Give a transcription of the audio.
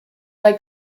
like